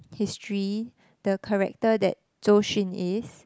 history the character that Zhou-Xun is